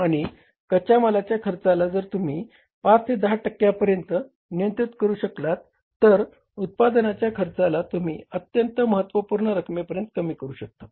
आणि कच्या मालाच्या खर्चाला जर तुम्ही 5 ते 10 टक्क्यांपर्यंत जर नियंत्रित करू शकलात तर उत्पादनाच्या खर्चाला तुम्ही अत्यंत महत्वपूर्ण रकमेपर्यंत कमी करू शकतात